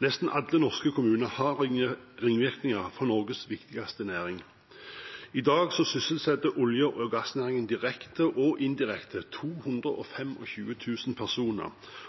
Nesten alle norske kommuner har ringvirkninger av Norges viktigste næring. I dag sysselsetter olje- og gassnæringen direkte og indirekte 225 000 personer og